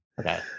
Okay